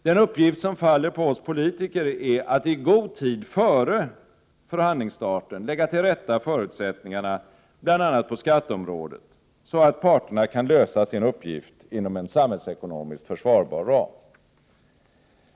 Den uppgift som faller på oss politiker är att i god tid före förhandlingsstarten lägga till rätta förutsättningarna på bl.a. skatteområdet, så att parterna kan lösa sin uppgift inom en samhällsekonomiskt försvarbar ram.